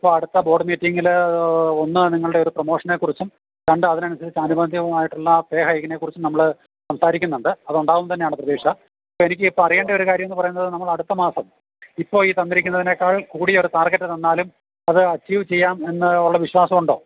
അപ്പോൾ അടുത്ത ബോർഡ് മീറ്റിങ്ങിൽ ഒന്ന് നിങ്ങളുടെ ഒരു പ്രൊമോഷനെ കുറിച്ചും രണ്ട് അതിനനുസരിച്ച് അനുപാതികമായിട്ടുള്ള പേ ഹൈക്കിനെ കുറിച്ചും നമ്മൾ സംസാരിക്കുന്നുണ്ട് അത് ഉണ്ടാകും എന്ന് തന്നെയാണ് പ്രതീക്ഷ എനിക്ക് ഇപ്പോൾ അറിയേണ്ട ഒരു കാര്യം എന്ന് പറയുന്നത് നമ്മൾ അടുത്ത മാസം ഇപ്പോൾ ഈ തന്നിരിക്കുന്നതിനേക്കാൾ കൂടിയ ഒരു ടാർഗറ്റ് തന്നാലും അത് അച്ചീവ് ചെയ്യാം എന്നുള്ള വിശ്വാസം ഉണ്ടോ